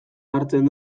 hartzen